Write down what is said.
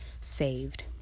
saved